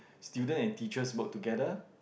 student and teachers work together